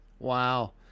Wow